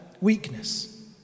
weakness